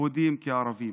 יהודים כערבים.